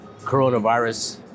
coronavirus